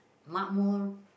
Makmur